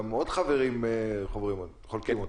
גם עוד חברים חולקים אותן.